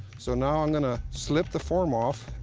so now i'm going to slip the form off.